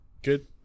Good